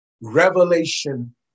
revelation